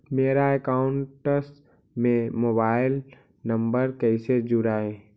मेरा अकाउंटस में mobile number कैसे जुड़उ?